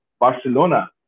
Barcelona